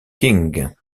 king